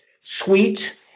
sweet